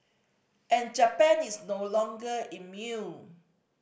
and Japan is no longer immune